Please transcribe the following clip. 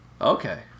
okay